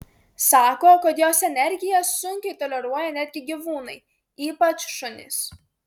sako kad jos energiją sunkiai toleruoja netgi gyvūnai ypač šunys